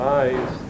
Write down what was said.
eyes